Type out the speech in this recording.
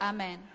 Amen